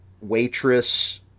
waitress